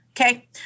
Okay